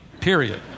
period